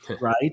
right